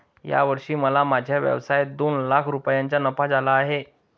या वर्षी मला माझ्या व्यवसायात दोन लाख रुपयांचा नफा झाला आहे